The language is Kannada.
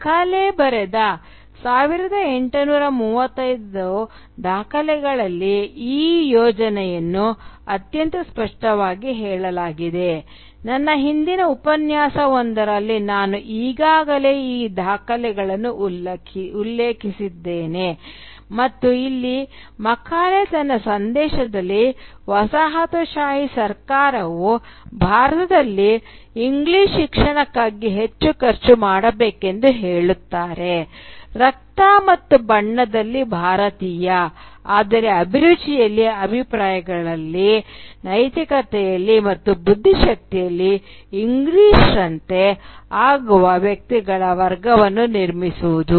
ಮಕಾಲೆ ಬರೆದ 1835 ದಾಖಲೆಗಳಲ್ಲಿ ಈ ಯೋಜನೆಯನ್ನು ಅತ್ಯಂತ ಸ್ಪಷ್ಟವಾಗಿ ಹೇಳಲಾಗಿದೆ ನನ್ನ ಹಿಂದಿನ ಉಪನ್ಯಾಸವೊಂದರಲ್ಲಿ ನಾನು ಈಗಾಗಲೇ ಈ ದಾಖಲೆಗಳನ್ನು ಉಲ್ಲೇಖಿಸಿದ್ದೇನೆ ಮತ್ತು ಇಲ್ಲಿ ಮಕಾಲೆ ನನ್ನ ಸಂದೇಶದಲ್ಲಿ ವಸಾಹತುಶಾಹಿ ಸರ್ಕಾರವು ಭಾರತದಲ್ಲಿ ಇಂಗ್ಲಿಷ್ ಶಿಕ್ಷಣಕ್ಕಾಗಿ ಹೆಚ್ಚು ಖರ್ಚು ಮಾಡಬೇಕೆಂದು ಹೇಳುತ್ತಾರೆ ರಕ್ತ ಮತ್ತು ಬಣ್ಣದಲ್ಲಿ ಭಾರತೀಯ ಆದರೆ ಅಭಿರುಚಿಯಲ್ಲಿ ಅಭಿಪ್ರಾಯಗಳಲ್ಲಿ ನೈತಿಕತೆಯಲ್ಲಿ ಮತ್ತು ಬುದ್ಧಿಶಕ್ತಿಯಲ್ಲಿ ಇಂಗ್ಲಿಷ್'ರಂತೆ ಆಗುವ ವ್ಯಕ್ತಿಗಳ ವರ್ಗವನ್ನು ನಿರ್ಮಿಸುವುದು